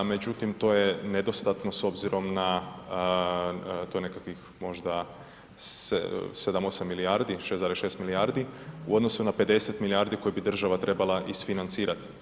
Međutim, to je nedostatno s obzirom na to je nekakvih možda 7, 8 milijardi, 6,6 milijardi u odnosu na 50 milijardi koje bi država trebala isfinancirati.